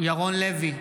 ירון לוי,